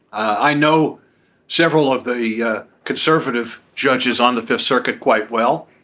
i know several of the yeah conservative judges on the fifth circuit quite well